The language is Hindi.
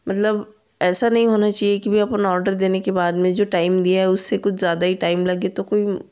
मतलब ऐसा नहीं होना चाहिए की भी अपन आर्डर देने के बाद में जो टाइम दिया है उससे कुछ ज़्यादा ही टाइम लगे तो कोई